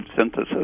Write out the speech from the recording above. synthesis